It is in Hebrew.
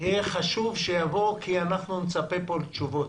חשוב שמישהו יבוא כי נצפה פה לתשובות.